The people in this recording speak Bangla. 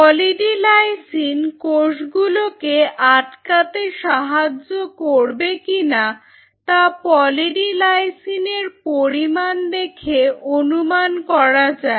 পলি ডি লাইসিন কোষগুলোকে আটকাতে সাহায্য করবে কিনা তা পলি ডি লাইসিনের পরিমাণ দেখে অনুমান করা যায়